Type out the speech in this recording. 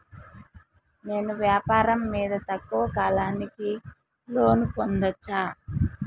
నేను వ్యాపారం మీద తక్కువ కాలానికి లోను పొందొచ్చా?